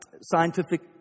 scientific